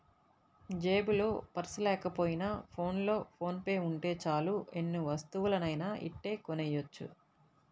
జేబులో పర్సు లేకపోయినా ఫోన్లో ఫోన్ పే ఉంటే చాలు ఎన్ని వస్తువులనైనా ఇట్టే కొనెయ్యొచ్చు